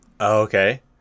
Okay